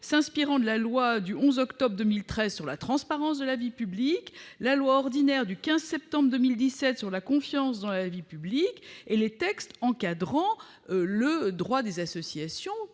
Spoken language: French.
s'inspirant de la loi du 11 octobre 2013 relative à la transparence de la vie publique, de la loi du 15 septembre 2017 pour la confiance dans la vie politique et des textes encadrant les associations